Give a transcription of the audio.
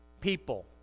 people